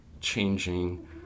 changing